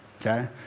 Okay